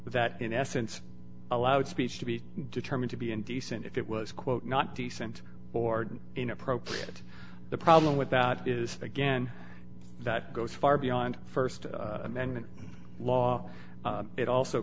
that in essence allowed speech to be determined to be indecent if it was quote not decent board and inappropriate the problem with that is again that goes far beyond st amendment law it also